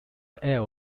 air